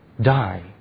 die